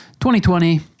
2020